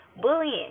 bullying